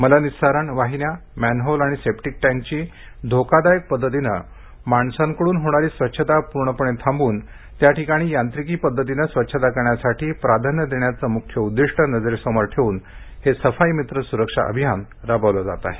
मलनिसरण वाहिन्या मॅनहोल आणि सेप्टिक टँकची धोकादायक पध्दतीनं माणसांकडून होणारी स्वच्छता पूर्णपणे थांबवून त्याठिकाणी यांत्रिकी पध्दतीनं स्वच्छता करण्यासाठी प्राधान्य देण्याचं मुख्य उद्दिष्ट नजरेसमोर ठेवून हे सफाई मित्र सुरक्षा अभियान राबविले जात आहे